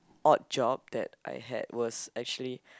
odd job that I had was actually